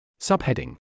Subheading